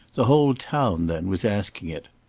the whole town, then, was asking it.